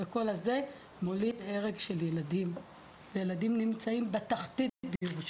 ואתם יודעים, ילד בן חמש